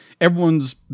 everyone's